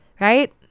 Right